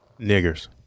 Niggers